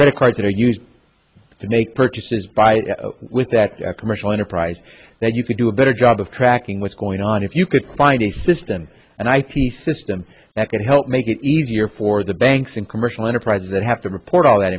credit cards that are used to make purchases by with that commercial enterprise that you could do a better job of tracking what's going on if you could find a system and i t system that could help make it easier for the banks and commercial enterprises that have to report all that